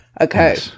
Okay